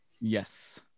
Yes